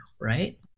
right